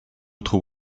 autre